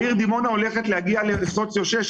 העיר דימונה הולכת להגיע לסוציו 6,